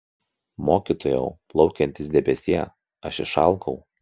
mokytojau plaukiantis debesie aš išalkau